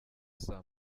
saa